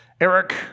Eric